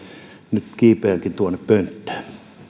nyt kiipeänkin tuonne pönttöön